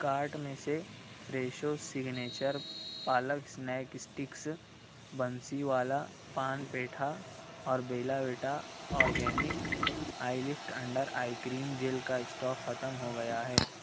cart میں سے Fresho signature palak snack sticks Bansi wala paan petha اور Bella Vita organic eye lift under eye cream gel کا stock ختم ہو گیا ہے